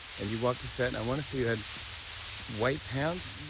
and you walked to set and i wanna say you had white pants,